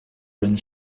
rinne